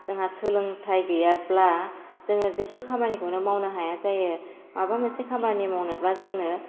जोंहा सोलोंथाइ गैयाब्ला जोङो जेबो खामानिखौैनो मावनो हाया जायो माबा मोनसे खामानि मावनोब्ला जोंनो